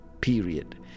period